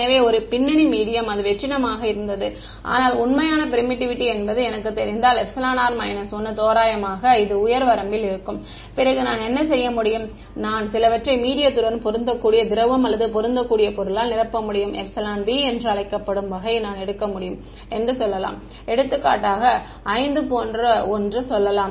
எனவே ஒரு பின்னணி மீடியம் அது வெற்றிடமாக இருந்தது ஆனால் உண்மையான பெர்மிட்டிவிட்டி என்பது எனக்குத் தெரிந்தால் εr 1 தோராயமாக இது உயர் வரம்பில் இருக்கும் பிறகு நான் என்ன செய்ய முடியும் நான் சிலவற்றை மீடியத்துடன் பொருந்தக்கூடிய திரவம் அல்லது பொருந்தக்கூடிய பொருளால் நிரப்ப முடியும் εb என்று அழைக்கப்படும் வகை நான் எடுக்க முடியும் என்று சொல்லலாம் எடுத்துக்காட்டாக 5 போன்ற ஒன்று சொல்லலாம்